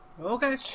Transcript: Okay